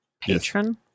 Patron